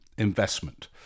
Investment